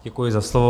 Děkuji za slovo.